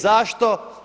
Zašto?